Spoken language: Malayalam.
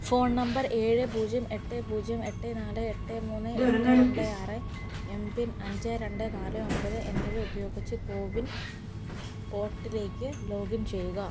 ഫോൺ നമ്പർ ഏഴ് പൂജ്യം എട്ട് പൂജ്യം എട്ട് നാല് എട്ട് മൂന്ന് എട്ട് രണ്ട് ആറ് എം പിൻ അഞ്ച് രണ്ട് നാല് ഒൻപത് എന്നിവ ഉപയോഗിച്ച് കോ വിൻ പോർട്ടിലേക്ക് ലോഗിൻ ചെയ്യുക